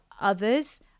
others